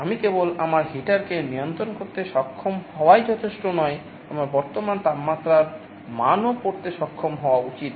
আমি কেবল আমার হিটারকে নিয়ন্ত্রণ করতে সক্ষম হওয়াই যথেষ্ট নয় আমার বর্তমান তাপমাত্রার মানও পড়তে সক্ষম হওয়া উচিত